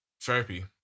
Therapy